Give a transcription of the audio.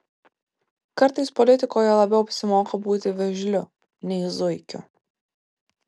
kartais politikoje labiau apsimoka būti vėžliu nei zuikiu